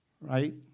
right